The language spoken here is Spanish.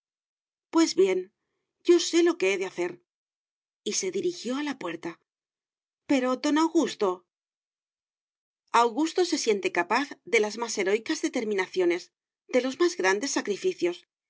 pues bien yo sé lo que he de hacer y se dirigió a la puerta pero don augusto augusto se siente capaz de las más heroicas determinaciones de los más grandes sacrificios